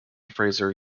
fraser